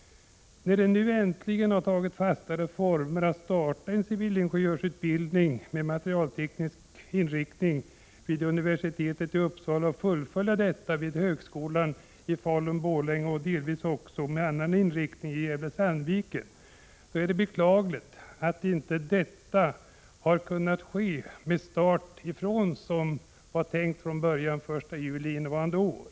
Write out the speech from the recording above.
När nu äntligen planerna har tagit fastare former på att starta en civilingenjörsutbildning med materialteknisk inriktning vid universitetet i Uppsala och sedan fullfölja denna vid högskolorna i Falun—Borlänge och, med delvis annan inriktning, i Gävle— Sandviken, är det beklagligt att inte denna utbildning, som det var tänkt från början, kan starta den 1 juli innevarande år.